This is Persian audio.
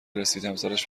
رسیدهمسرش